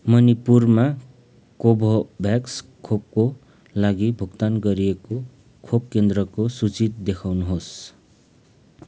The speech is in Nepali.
मणिपुरमा कोर्बेभ्याक्स खोपको लागि भुक्तान गरिएको खोप केन्द्रको सूची देखाउनुहोस्